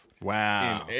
Wow